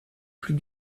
plus